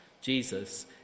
Jesus